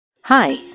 Hi